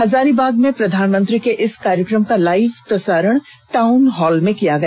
हजारीबाग में प्रधानमंत्री के इस कार्यक्रम का लाइव प्रसारण टाउन हॉल में किया गया